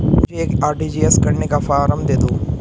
मुझे एक आर.टी.जी.एस करने का फारम दे दो?